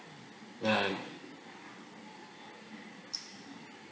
ya